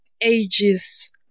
ages